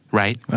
right